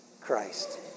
Christ